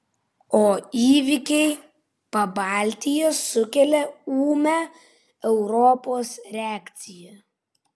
o įvykiai pabaltijyje sukelia ūmią europos reakciją